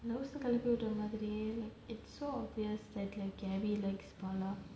loose ah கழட்டி விடுற மாரியே இருக்கும்:kalati vidura maariyae irukum it's so obvious that like gaby likes bala